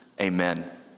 Amen